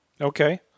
Okay